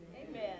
Amen